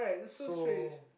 so